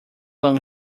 long